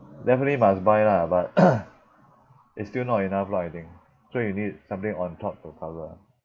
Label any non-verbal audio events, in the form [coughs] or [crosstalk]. definitely must buy lah but [coughs] it's still not enough lah I think so you need something on top to cover